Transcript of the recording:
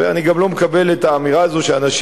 ואני גם לא מקבל את האמירה הזאת שאנשים